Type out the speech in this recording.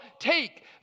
take